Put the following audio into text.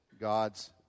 God's